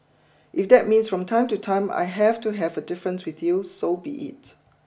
if that means from time to time I have to have a different with you so be it